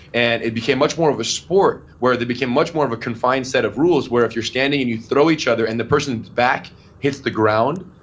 and it became much more of a sport where they became much more of a confined set of rules where if you're scanning and you throw each other and the person's back hits the ground,